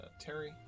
Terry